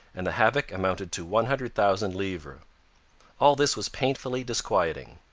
and the havoc amounted to one hundred thousand livres. all this was painfully disquieting.